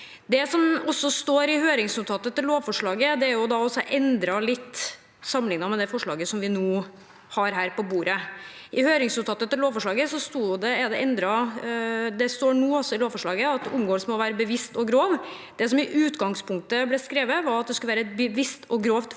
Det som står i høringsnotatet til lovforslaget, er litt endret sammenlignet med det forslaget vi nå har på bordet. I høringsnotatet til lovforslaget står det nå at omgåelsen må være «bevisst og grov». Det som i utgangspunktet ble skrevet, var at det skulle være et «bevisst og grovt forsøk»